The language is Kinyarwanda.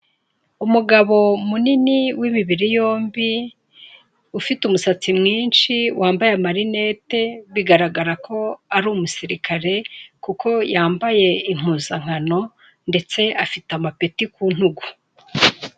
Umugabo munini w'imibiri yombi, ufite umusatsi mwinshi, wambaye amarinete, bigaragara ko ari umusirikare kuko yambaye impuzankano ndetse afite amapeti ku ntugu.